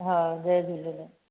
हा जय झूलेलाल